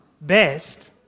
best